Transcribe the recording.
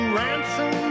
ransom